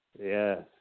yes